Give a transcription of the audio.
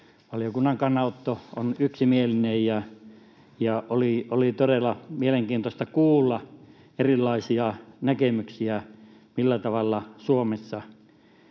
valiokunnan kannanotto on yksimielinen. Oli todella mielenkiintoista kuulla erilaisia näkemyksiä, millä tavalla Suomessa